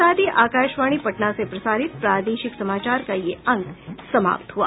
इसके साथ ही आकाशवाणी पटना से प्रसारित प्रादेशिक समाचार का ये अंक समाप्त हुआ